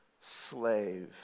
slave